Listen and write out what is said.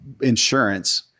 insurance